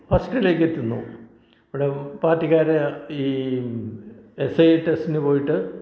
ഫസ്റ്റിലേക്കെത്തുന്നു ഇവിടെ പാർട്ടിക്കാരെ ഈ എസ് ഐ ടെസ്റ്റിന് പോയിട്ട്